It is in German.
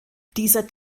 dieser